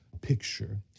picture